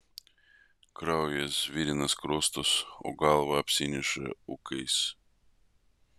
kraujas virina skruostus o galva apsineša ūkais